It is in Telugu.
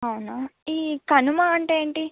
అవునా ఈ కనుమ అంటే ఏంటి